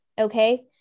Okay